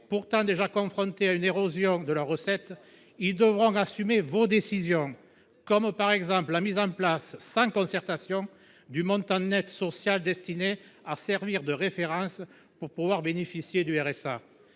pourtant déjà confrontés à une érosion de leurs recettes, ils devront assumer vos décisions, comme la mise en place, sans concertation, du montant net social destiné à servir de référence pour les futurs bénéficiaires du RSA.